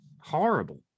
horrible